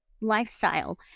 lifestyle